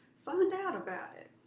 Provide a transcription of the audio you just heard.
find out about it.